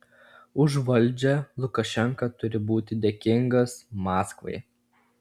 už valdžią lukašenka turi būti dėkingas maskvai